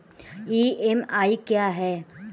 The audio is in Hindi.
ई.एम.आई क्या है?